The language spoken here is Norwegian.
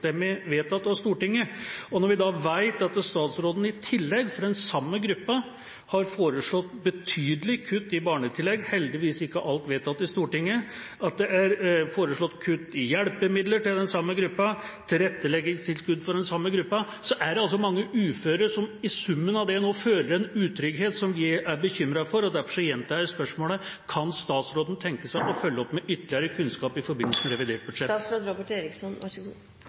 vi så vet at statsråden i tillegg, for den samme gruppa, har foreslått betydelig kutt i barnetillegg – heldigvis ikke alt vedtatt i Stortinget – og at det er foreslått kutt i hjelpemidler og tilretteleggingstilskudd for den samme gruppa, er det mange uføre som i sum nå føler en utrygghet som jeg er bekymret for. Derfor gjentar jeg spørsmålet: Kan statsråden tenke seg å følge opp med ytterligere kunnskap i forbindelse med revidert budsjett?